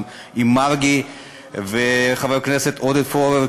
גם עם מרגי וחבר הכנסת עודד פורר,